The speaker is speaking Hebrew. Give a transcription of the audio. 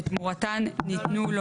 שתמורתן ניתנו לו